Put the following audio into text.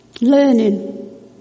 Learning